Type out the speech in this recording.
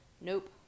Nope